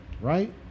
Right